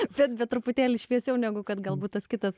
netgi truputėlį šviesiau negu kad galbūt tas kitas